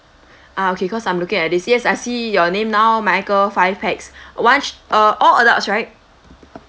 ah okay cause I'm looking at this yes I see your name now michael five pax err all adults right